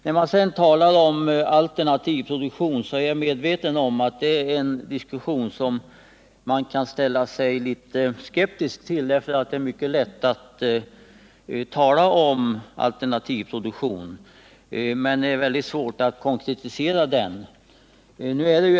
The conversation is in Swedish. Jag är medveten om att man kan ställa sig skeptisk till en diskussion om alternativ produktion därför att det är mycket lätt att tala om sådan produktion men mycket svårt att konkretisera den.